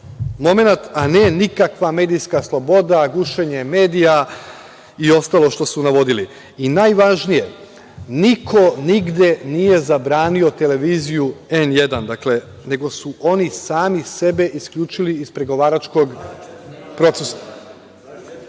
momenat, a ne nikakva medijska sloboda, gušenje medija i ostalo što su navodili. I najvažnije niko nigde nije zabranio televiziju „N1“, nego su oni sami sebe isključili iz pregovaračkog procesa. Treba